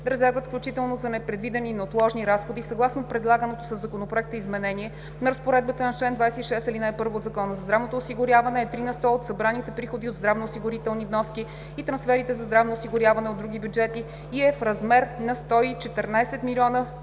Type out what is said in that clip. Резервът, включително за непредвидени и неотложни разходи, съгласно предлаганото със Законопроекта изменение на разпоредбата на чл. 26, ал. 1 от Закона за здравното осигуряване, е три на сто от събраните приходи от здравноосигурителни вноски и трансферите за здравно осигуряване от други бюджети и е в размер на 114 млн.